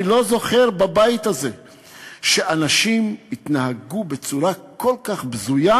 אני לא זוכר שבבית הזה אנשים התנהגו בצורה כל כך בזויה,